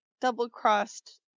double-crossed